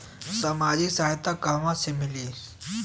सामाजिक सहायता कहवा से मिली?